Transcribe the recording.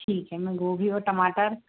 ठीक है मैं गोभी और टमाटर